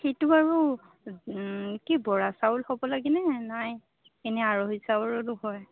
সেইটো বাৰু কি বৰা চাউল হ'ব লাগেনে নাই এনেই আৰহি চাউলৰো হয়